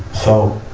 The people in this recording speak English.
so,